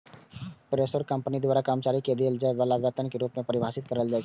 payroll कें company द्वारा कर्मचारी कें देल जाय बला वेतन के रूप मे परिभाषित कैल जाइ छै